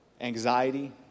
anxiety